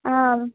आम्